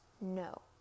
no